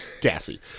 Gassy